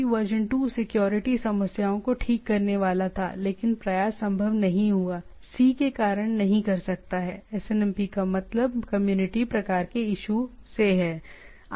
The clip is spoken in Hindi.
SNMPv2 सिक्योरिटी समस्याओं को ठीक करने वाला था लेकिन प्रयास संभव नहीं हुआ c के कारण नहीं कर सकता है SNMP का मतलब कम्युनिटी प्रकार के इश्यू से है